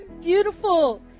beautiful